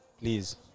Please